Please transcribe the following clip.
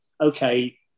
okay